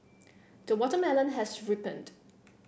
the watermelon has ripened